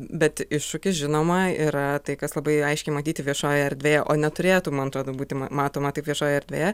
bet iššūkis žinoma yra tai kas labai aiškiai matyti viešojoje erdvėje o neturėtų man atrodo būti ma matoma taip viešojoje erdvėje